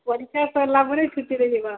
ପରୀକ୍ଷା ସରିଲାପରେ ଛୁଟିରେ ଯିବ